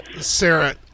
Sarah